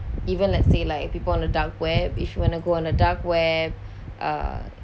even let's say like people on the dark web if you wanna go on a dark web uh